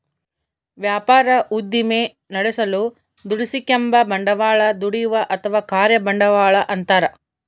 ವ್ಯಾಪಾರ ಉದ್ದಿಮೆ ನಡೆಸಲು ದುಡಿಸಿಕೆಂಬ ಬಂಡವಾಳ ದುಡಿಯುವ ಅಥವಾ ಕಾರ್ಯ ಬಂಡವಾಳ ಅಂತಾರ